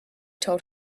told